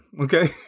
okay